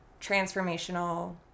transformational